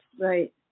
right